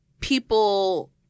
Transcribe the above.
people